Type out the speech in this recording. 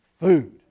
Food